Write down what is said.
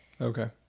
Okay